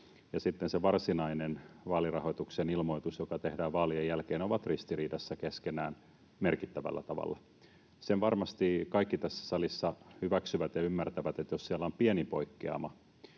se varsinainen vaalirahoituksen ilmoitus, joka tehdään vaalien jälkeen, ovat ristiriidassa keskenään merkittävällä tavalla. Sen varmasti kaikki tässä salissa hyväksyvät ja ymmärtävät, että jos siellä on pieni poikkeama,